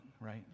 right